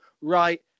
right